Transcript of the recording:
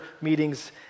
meetings